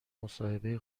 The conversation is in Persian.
مصاحبه